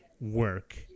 work